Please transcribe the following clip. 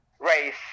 Race